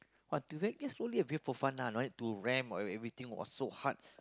what to make me slowly a view for fun lah to rent or everything was so hard